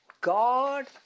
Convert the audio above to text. God